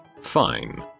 Fine